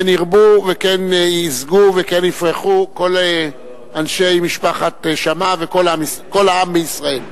כן ירבו וכן ישגו וכן יפרחו כל אנשי משפחת שאמה וכל העם בישראל.